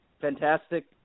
fantastic